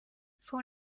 fue